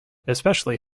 especially